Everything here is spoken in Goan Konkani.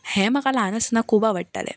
हें म्हाका ल्हान आसतना खूब आवडटालें